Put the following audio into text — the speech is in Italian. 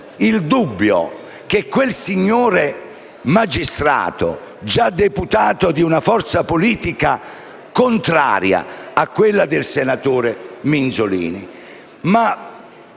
il dubbio che quel magistrato, già deputato di una forza politica avversaria di quella del senatore Minzolini,